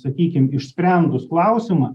sakykim išsprendus klausimą